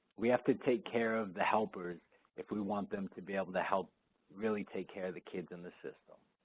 we have to take care of the helpers if we want them to be able to help really take care of the kids in the system.